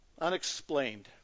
Unexplained